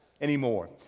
anymore